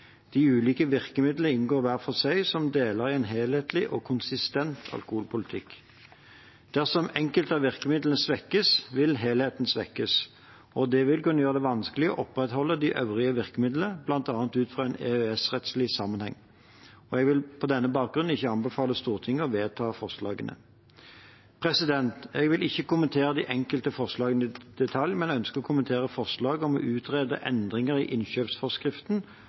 De ulike virkemidlene inngår hver for seg som deler av en helhetlig og konsistent alkoholpolitikk. Dersom enkelte av virkemidlene svekkes, vil helheten svekkes, og det vil kunne gjøre det vanskelig å opprettholde de øvrige virkemidlene, bl.a. ut fra en EØS-rettslig sammenheng. Jeg vil på denne bakgrunn ikke anbefale Stortinget å vedta forslagene. Jeg vil ikke kommentere de enkelte forslagene i detalj, men ønsker å kommentere forslaget om å utrede endringer i innkjøpsforskriften